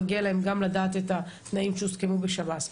מגיע להם גם לדעת את התנאים שהוסכמו בשב"ס.